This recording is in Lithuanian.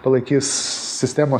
palaikys sistemos